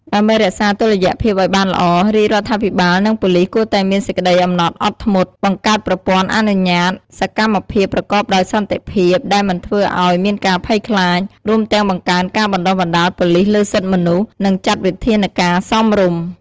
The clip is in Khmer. ដើម្បីរក្សាតុល្យភាពអោយបានល្អ រាជរដ្ឋាភិបាល និងប៉ូលិសគួរតែមានសេចក្ដីអំណត់អត់ធ្មត់ បង្កើតប្រព័ន្ធអនុញ្ញាតសកម្មភាពប្រកបដោយសន្តិភាពដែលមិនធ្វើអោយមានការភ័យខ្លាច រួមទាំងបង្កើនការបណ្តុះបណ្តាលប៉ូលិសលើសិទ្ធិមនុស្ស និងចាត់វិធានការសមរម្យ។